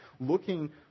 looking